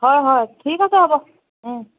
হয় হয় ঠিক আছে হ'ব